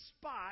spot